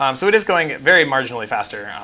um so it is going very marginally faster,